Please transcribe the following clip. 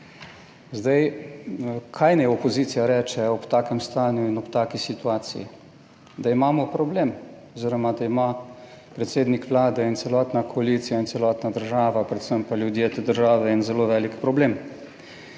Zdaj, kaj naj opozicija reče ob takem stanju in ob taki situaciji? Da imamo problem oziroma da ima predsednik Vlade in celotna koalicija in celotna država, predvsem pa ljudje te države en zelo velik problem.